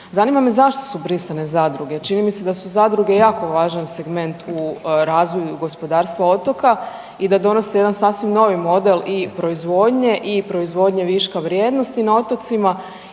Zanima me zašto su brisane zadruge? Čini mi se da su zadruge jako važan segment u razvoju gospodarstva otoka i da donose jedan sasvim novi model i proizvodnje i proizvodnje viška vrijednosti na otocima